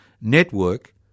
network